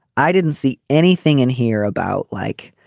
i didn't see anything in here about like